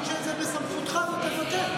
תגיד שזה בסמכותך ותבטל.